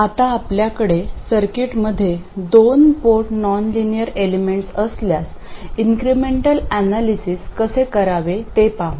आता आपल्याकडे सर्किटमध्ये दोन पोर्ट नॉनलिनियर एलिमेंट्स असल्यास इंक्रीमेंटल अनालिसीस कसे करावे ते पाहू